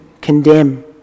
condemn